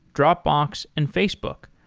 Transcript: dropbox and facebook.